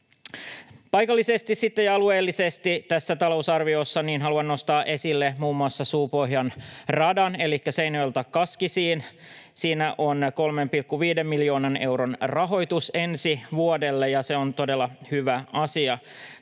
Paikallisesti ja alueellisesti haluan nostaa tästä talousarviosta esille muun muassa Suupohjan radan Seinäjoelta Kaskisiin. Siinä on 3,5 miljoonan euron rahoitus ensi vuodelle, ja se on todella hyvä asia.